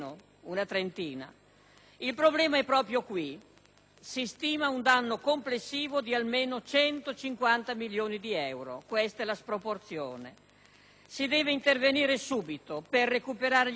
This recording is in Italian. Il problema è proprio questo: si stima un danno complessivo di almeno 150 milioni di euro; questa è la sproporzione. Si deve intervenire subito per recuperare gli edifici danneggiati.